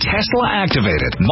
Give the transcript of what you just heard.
Tesla-activated